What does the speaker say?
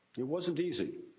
it wasn't easy.